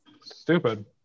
stupid